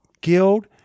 Guild